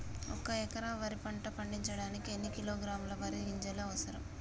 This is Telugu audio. ఒక్క ఎకరా వరి పంట పండించడానికి ఎన్ని కిలోగ్రాముల వరి గింజలు అవసరం?